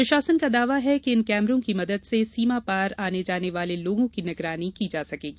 प्रशासन का दावा है कि इन कैमरों की मदद से सीमा पार आने जाने वाले लोगों की निगरानी की जा सकेंगी